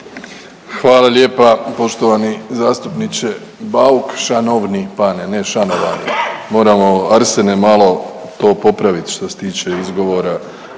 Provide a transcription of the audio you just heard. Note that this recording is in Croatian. Hvala lijepa poštovani zastupniče Bauk, šanovni bane, ne šanovani, moramo Arsene malo to popravit što se tiče izgovora,